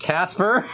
Casper